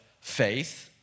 faith